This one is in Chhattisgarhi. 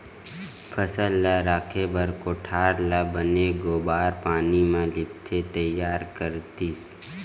फसल ल राखे बर कोठार ल बने गोबार पानी म लिपके तइयार करतिस